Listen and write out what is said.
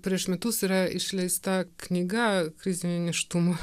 prieš metus yra išleista knyga krizinio nėštumo